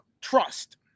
Trust